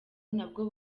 nabwo